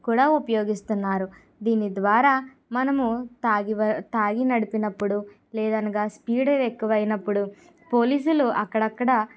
కూడా ఉపయోగిస్తున్నారు దీని ద్వారా మనము తాగి వ తాగి నడిపినప్పుడు లేదనగా స్పీడ్ ఎక్కువ అయినప్పుడు పోలీసులు అక్కడక్కడ